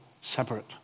separate